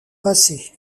passer